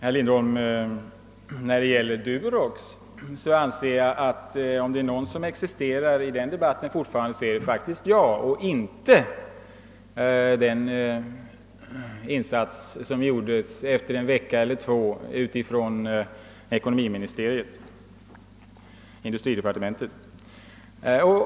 Herr talman! När det gäller Durox, herr Lindholm, anser jag att om något alltjämt står kvar efter den debatten, så är det vad jag då sade, inte den insats som en vecka eller två efter debatten gjordes av industridepartementet.